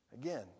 Again